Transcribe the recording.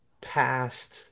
past